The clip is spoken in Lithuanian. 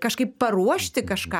kažkaip paruošti kažką